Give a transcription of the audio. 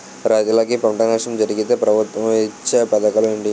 రైతులుకి పంట నష్టం జరిగితే ప్రభుత్వం ఇచ్చా పథకాలు ఏంటి?